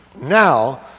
now